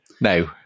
No